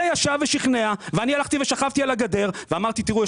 זה ישב ושכנע ואני הלכתי ושכבתי על הגדר ואמרתי תראו,